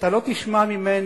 אתה לא תשמע ממני,